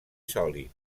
sòlids